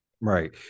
Right